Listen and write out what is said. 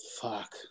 fuck